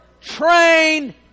train